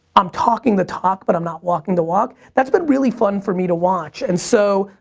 i'm talking the talk, but i'm not walking the walk. that's been really fun for me to watch, and so,